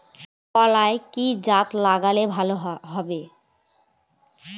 কলাই কি জাতে লাগালে ভালো হবে?